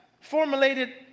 formulated